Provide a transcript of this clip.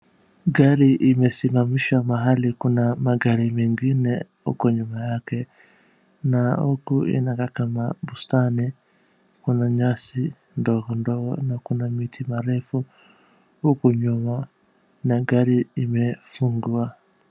Gari imesimamishwa mahali kuna magari mengine huko nyuma yake. Na huku inakaa kama bustani. Kuna nyasi ndogo ndogo na kuna miti marefu huku nyuma. Na gari imefungwa.